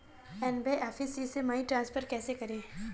NBFC से money transfer कैसे करें?